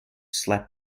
slapped